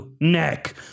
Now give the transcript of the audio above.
Neck